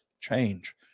change